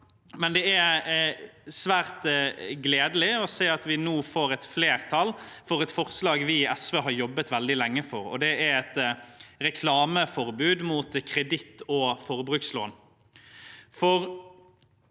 her. Det er svært gledelig å se at vi nå får flertall for et forslag vi i SV har jobbet veldig lenge for, og det er et reklameforbud mot kreditt og forbrukslån. Vi